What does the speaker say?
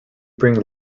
bring